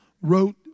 wrote